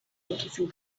noticing